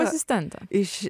asistentą iš